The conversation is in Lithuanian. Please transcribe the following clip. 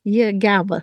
jie geba